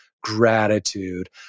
gratitude